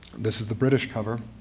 this is the british cover